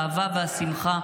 האהבה והשמחה.